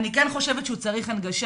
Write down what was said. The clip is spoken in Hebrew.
אני כן חושבת שהוא צריך הנגשה,